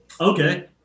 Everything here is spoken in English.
Okay